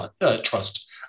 trust